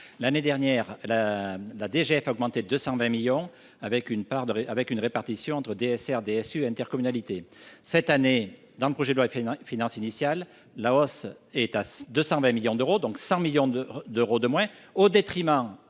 L’année dernière, celle ci a augmenté de 320 millions, avec une répartition entre DSR, DSU et intercommunalités. Cette année, dans le projet de loi de finances initial, la hausse prévue atteint 220 millions d’euros, soit 100 millions d’euros de moins, entièrement